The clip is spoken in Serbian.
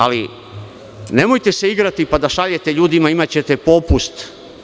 Ali, nemojte se igrati pa da šaljete ljudima – imaćete popust.